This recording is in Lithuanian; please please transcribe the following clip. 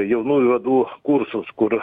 jaunųjų vadų kursus kur